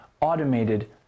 automated